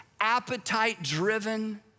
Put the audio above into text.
appetite-driven